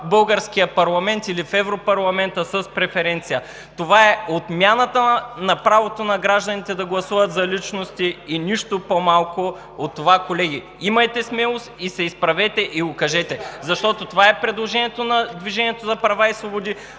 българския парламент или в Европарламента с преференция. Това е отмяната на правото на гражданите да гласуват за личности и нищо по-малко от това, колеги. Имайте смелост, изправете се и го кажете. Защото това е предложението на „Движението за права и свободи“,